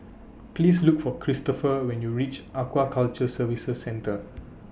Please Look For Kristopher when YOU REACH Aquaculture Services Centre